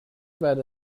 بعد